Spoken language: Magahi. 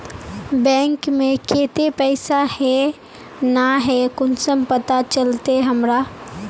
बैंक में केते पैसा है ना है कुंसम पता चलते हमरा?